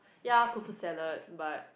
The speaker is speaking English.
ya couscous salad but